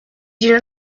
you